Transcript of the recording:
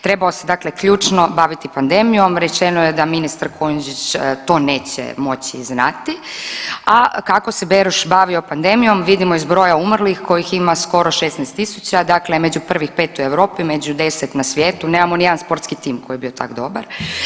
Trebao se dakle ključno baviti pandemijom, rečeno da ministar Kujundžić to neće moći znati, a kako se Beroš bavio pandemijom vidimo iz broja umrlih kojih ima skoro 16.000, dakle među prvih 5 u Europi, među 10 na svijetu, nemamo ni jedan sportski tim koji je bio tak dobar.